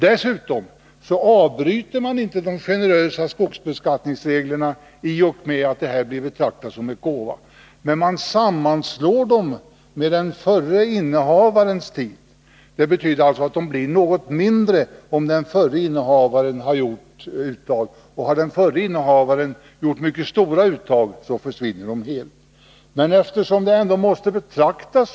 Dessutom bryter man inte de generösa skogsbeskattningsreglerna i och med att ifrågavarande överlåtelser blir betraktade som en gåva, men man gör en sammanslagning när det gäller den förre innehavarens tid. Detta betyder alltså att det blir något mindre avdrag om den förre innehavaren har gjort uttag. Har den förre innehavaren gjort mycket stora uttag, försvinner detta helt.